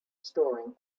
storing